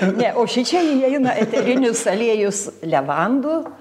ne o šičia įeina eterinis aliejus levandų